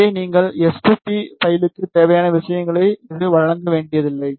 எனவே நீங்கள் எஸ்2பி பைலுக்கு தேவையான விஷயங்களை இது வழங்க வேண்டியதில்லை